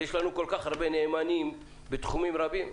יש לנו כל-כך הרבה נאמנים בתחומים רבים.